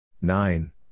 Nine